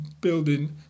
building